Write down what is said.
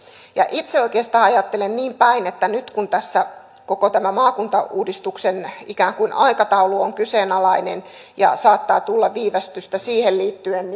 itse oikeastaan ajattelen niinpäin että nyt kun tässä koko tämä maakuntauudistuksen ikään kuin aikataulu on kyseenalainen ja saattaa tulla viivästystä siihen liittyen